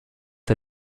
der